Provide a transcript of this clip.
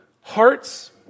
hearts